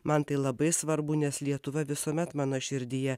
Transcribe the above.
man tai labai svarbu nes lietuva visuomet mano širdyje